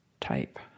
type